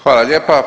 Hvala lijepa.